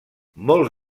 molts